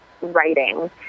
writing